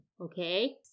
okay